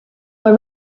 were